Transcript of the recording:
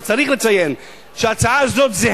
וצריך לציין שהצעה כזאת,